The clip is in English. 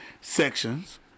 sections